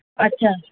اچھا